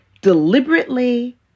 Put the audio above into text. deliberately